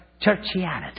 churchianity